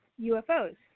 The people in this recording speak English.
UFOs